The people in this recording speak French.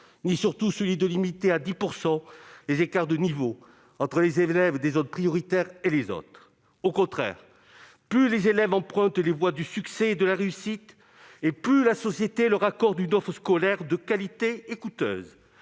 ni, surtout, celui de limiter à 10 % les écarts de niveau entre les élèves des zones prioritaires et les autres. Au contraire, plus les élèves empruntent les voies du succès et de la réussite et plus la société leur accorde une offre scolaire de qualité et coûteuse.